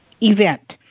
event